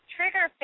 Trigger